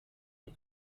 and